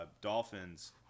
Dolphins